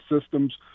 systems